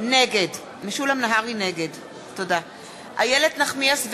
נגד איילת נחמיאס ורבין,